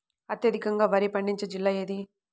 అత్యధికంగా వరి పండించే జిల్లా ఏది?